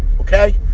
Okay